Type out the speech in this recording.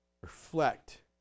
reflect